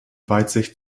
weitsicht